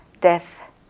death